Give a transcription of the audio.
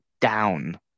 down